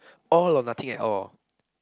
all or nothing at all